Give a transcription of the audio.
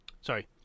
Sorry